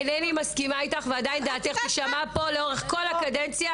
איני מסכימה איתך ועדיין דעתך תישמע פה לאורך כל הקדנציה.